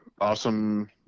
awesome